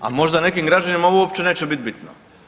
A možda nekim građanima uopće neće biti bitno.